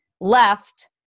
left